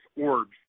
orbs